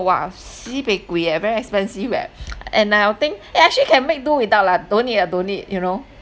!wah! si~ sibei gui eh very expensive eh and I will think eh actually can make do without lah don't need ah don't need you know